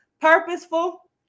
purposeful